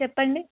చెప్పండి